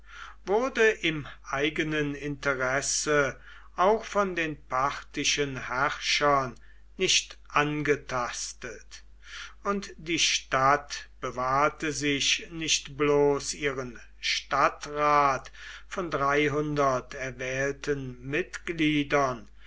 wurde im eigenen interesse auch von den parthischen herrschern nicht angetastet und die stadt bewahrte sich nicht bloß ihren stadtrat von dreihundert erwählten mitgliedern